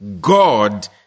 God